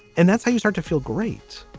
and that's how you start to feel great.